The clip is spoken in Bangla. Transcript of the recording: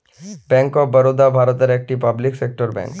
ব্যাঙ্ক অফ বারদা ভারতের একটি পাবলিক সেক্টর ব্যাঙ্ক